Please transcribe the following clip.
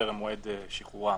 מועד שחרורם.